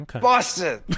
boston